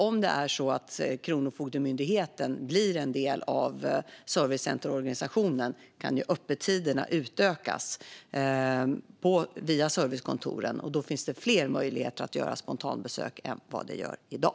Om Kronofogdemyndigheten blir en del av servicecenterorganisationen kan ju öppettiderna utökas via servicekontoren, och då finns det fler möjligheter att göra spontanbesök än vad det gör i dag.